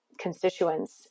Constituents